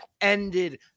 ended